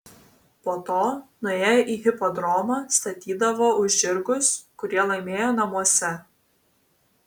po to nuėję į hipodromą statydavo už žirgus kurie laimėjo namuose